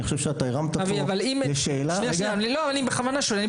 אני חושב שאתה הרמת פה לשאלה --- אני בכוונה שואל,